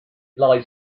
lies